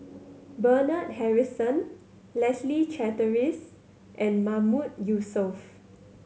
Bernard Harrison Leslie Charteris and Mahmood Yusof